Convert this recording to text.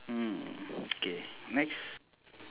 hmm okay next